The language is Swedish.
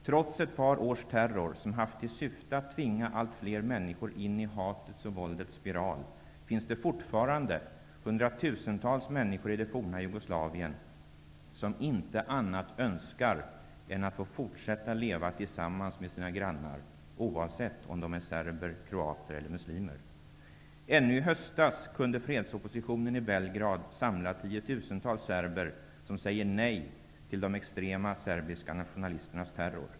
Trots ett par års terror, som haft till syfte att tvinga allt fler människor in i hatets och våldets spiral, finns det fortfarande hundratusentals människor i det forna Jugoslavien som inte annat önskar än att få fortsätta leva tillsammans med sina grannar oavsett om de är serber, kroater eller muslimer. Ännu i höstas kunde fredsoppositionen i Belgrad samla tiotusentals serber som säger nej till de extrema serbiska nationalisternas terror.